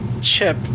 Chip